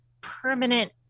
permanent